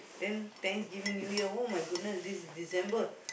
then thanksgiving New Year oh-my-goodness this December